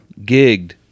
gigged